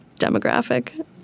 demographic